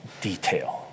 detail